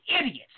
idiots